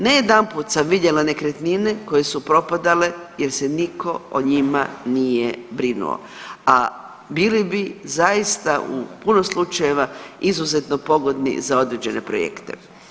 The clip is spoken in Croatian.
Ne jedanput sam vidjela nekretnine koje su propadale jer se niko o njima nije brinuo, a bili bi zaista u puno slučajeva izuzetno pogodni za određene projekte.